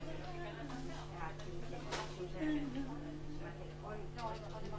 תוך שעה-שעתיים זה יפורסם